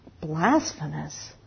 blasphemous